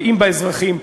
גאים באזרחים,